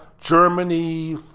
Germany